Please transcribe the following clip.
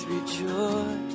Rejoice